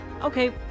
Okay